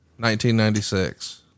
1996